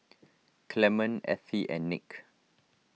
Clement Ethie and Nick